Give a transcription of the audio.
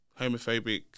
homophobic